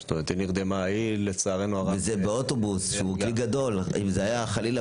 וזה באוטובוס שהוא כלי גדול אם זה היה חלילה